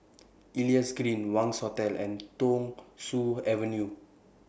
Elias Green Wangz Hotel and Thong Soon Avenue